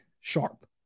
Sharp